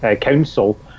council